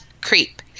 creep